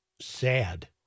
sad